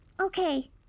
Okay